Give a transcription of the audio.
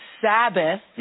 Sabbath